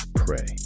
pray